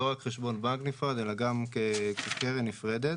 לא רק חשבון בנק נפרד אלא גם כקרן נפרדת.